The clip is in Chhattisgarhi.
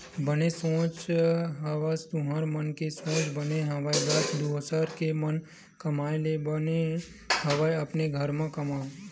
बने सोच हवस तुँहर मन के सोच बने हवय गा दुसर के म कमाए ले बने हवय अपने घर म कमाओ